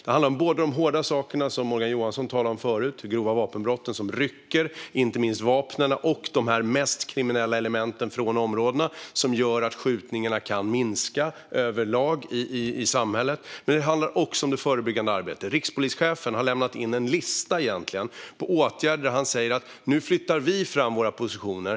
Det handlar om de hårda sakerna i samband med grova vapenbrott, som Morgan Johansson talade om förut, nämligen att rycka vapnen och de mest kriminella elementen från områdena, vilket gör att skjutningarna kan minska överlag i samhället. Det handlar också om det förebyggande arbetet. Rikspolischefen har lämnat in en lista på åtgärder där han säger att de nu flyttar fram sina positioner.